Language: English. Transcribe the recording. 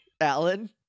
Alan